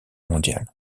mondiale